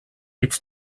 its